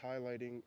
highlighting